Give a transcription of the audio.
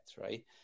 right